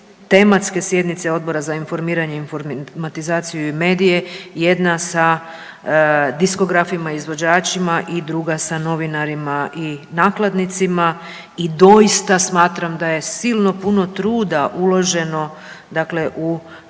tematske sjednice Odbora za informiranje, informatizaciju i medije, jedna sa diskografima izvođačima i druga sa novinarima i nakladnicima. I doista smatram da je silno puno truda uloženo u